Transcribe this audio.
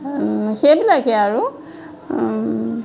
সেইবিলাকেই আৰু